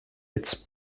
its